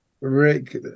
Rick